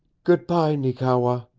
goodby, neekewa,